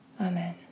Amen